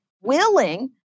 willing